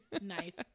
Nice